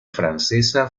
francesa